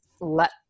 let